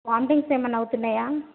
vomitings ఏమన్నా అవుతున్నాయా